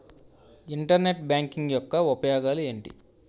Internet banking యెక్క ఉపయోగాలు ఎంటి?